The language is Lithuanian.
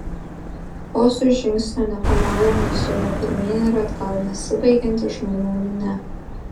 vos už žingsnio nepaliaujamai zuja pirmyn ir atgal nesibaigianti žmonių minia